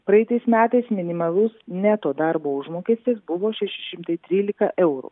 praeitais metais minimalus neto darbo užmokestis buvo šeši šimtai trylika eurų